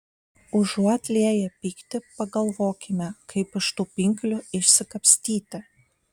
užuot lieję pyktį pagalvokime kaip iš tų pinklių išsikapstyti